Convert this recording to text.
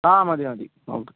ആ മതി മതി ഓക്കേ